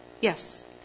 Yes